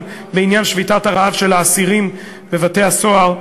בעניין שביתת הרעב של האסירים בבתי-הסוהר.